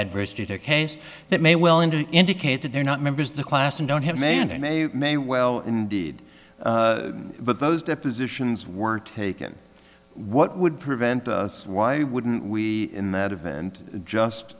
adversity to a case that may well and to indicate that they're not members of the class and don't have many and they may well indeed but those depositions were taken what would prevent us why wouldn't we in that have and just